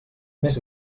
més